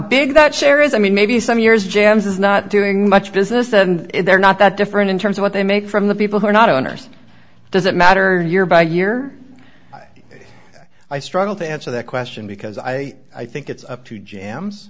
big that chair is i mean maybe some years james is not doing much business and they're not that different in terms of what they make from the people who are not owners does it matter year by year i struggle to answer that question because i think it's up to jams